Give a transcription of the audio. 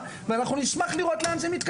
סוג א' וסוג ב' הוא בהחלט מסוכן מאוד.